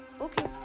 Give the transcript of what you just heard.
Okay